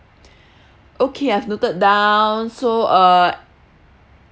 okay I've noted down so uh